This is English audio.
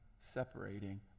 separating